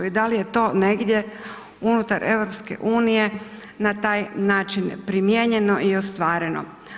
I da li je to negdje unutar EU na taj način primijenjeno i ostvareno.